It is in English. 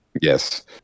yes